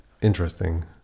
interesting